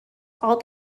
all